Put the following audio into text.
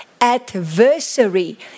adversary